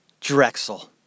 Drexel